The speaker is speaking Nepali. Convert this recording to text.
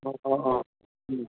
अँ अँ अँ